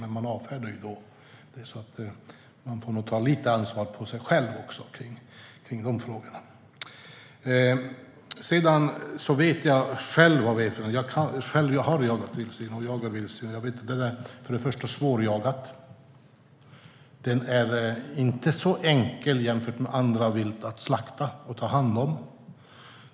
Men man avfärdade dem, så lite ansvar får man nog ta själv. Jag har jagat och jagar vildsvin. De är svårjagade, och svårare än annat vilt att slakta och ta hand om.